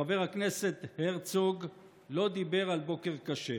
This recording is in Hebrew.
חבר הכנסת הרצוג לא דיבר על בוקר קשה,